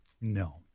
No